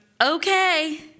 Okay